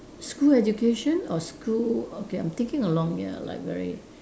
school education or school okay I'm thinking along ya like very